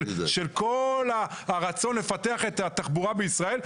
של כול הרצון לפתח את התחבורה בישראל,